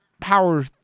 power